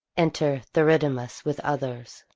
enter theridamas with others.